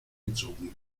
gezogen